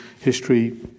history